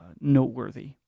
noteworthy